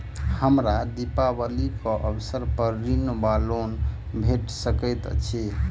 हमरा दिपावली केँ अवसर पर ऋण वा लोन भेट सकैत अछि?